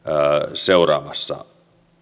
seuraavassa